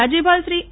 રાજ્યપાલ શ્રી ઓ